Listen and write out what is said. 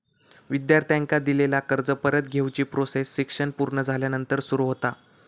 विद्यार्थ्यांका दिलेला कर्ज परत घेवची प्रोसेस शिक्षण पुर्ण झाल्यानंतर सुरू होता